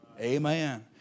Amen